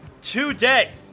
today